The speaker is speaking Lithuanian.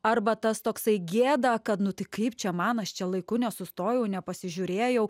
arba tas toksai gėda kad nu tai kaip čia man aš čia laiku nesustojau nepasižiūrėjau